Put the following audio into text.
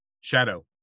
Shadow